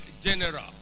general